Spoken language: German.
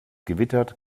gewittert